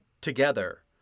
together